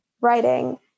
writing